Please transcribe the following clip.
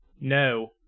No